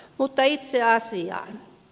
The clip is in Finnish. mutta itse asiaan